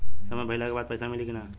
समय भइला के बाद पैसा मिली कि ना?